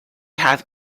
had